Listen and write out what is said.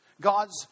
God's